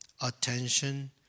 attention